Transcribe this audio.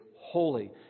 holy